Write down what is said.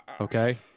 Okay